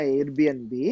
Airbnb